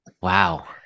Wow